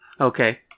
Okay